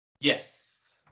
Yes